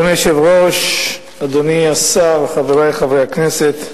אדוני היושב-ראש, אדוני השר, חברי חברי הכנסת,